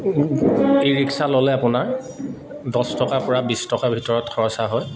ই rickshaw ল'লে আপোনাৰ দছ টকা পৰা বিছ টকাৰ ভিতৰত খৰচা হয়